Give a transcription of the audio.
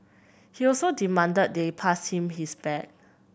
he also demanded they pass him his bag